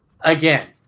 again